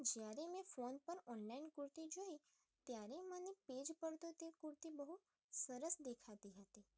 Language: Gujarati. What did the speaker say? તો જ્યારે મેં ફોન પર ઓનલાઈન કુર્તી જોઈ ત્યારે મને પેજ પર તો તે કુર્તી બહુ સરસ દેખાતી હતી